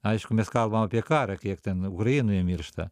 aišku mes kalbam apie karą kiek ten ukrainoje miršta